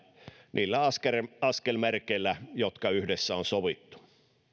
niillä askelmerkeillä jotka yhdessä on sovittu